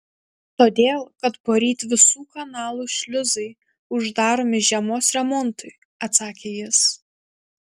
todėl kad poryt visų kanalų šliuzai uždaromi žiemos remontui atsakė jis